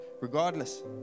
Regardless